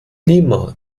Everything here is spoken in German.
lima